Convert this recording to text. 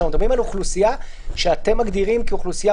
כשאנחנו מדברים על אוכלוסייה שאתם מגדירים כאוכלוסייה